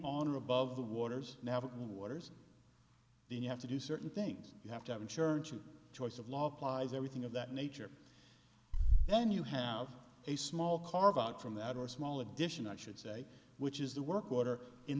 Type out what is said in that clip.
in on or above the waters now when waters then you have to do certain things you have to have insurance and choice of law applies everything of that nature then you have a small carve out from that or small addition i should say which is the work order in